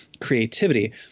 creativity